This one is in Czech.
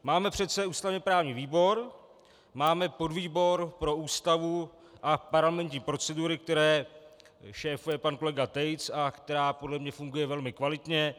Máme přece ústavněprávní výbor, máme podvýbor pro Ústavu a parlamentní procedury, které šéfuje pan kolega Tejc a která podle mne funguje velmi kvalitně.